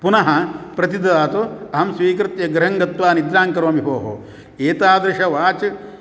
पुनः प्रतिददातु अहं स्वीकृत्य गृहङ्गत्वा निद्राङ्करोमि भोः एतादृशं वाच्